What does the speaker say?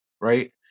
Right